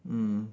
mm